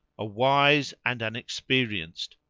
a wise and an experienced,